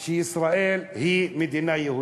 בכך שישראל היא מדינה יהודית,